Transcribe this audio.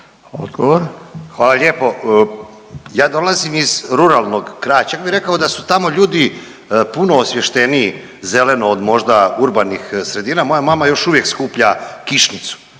(HDZ)** Hvala lijepo. Ja dolazim iz ruralnog, čak bih rekao da su tamo ljudi puno osvješteniji zeleno od možda urbanih sredina. Moja mama još uvijek skuplja kišnicu,